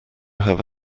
have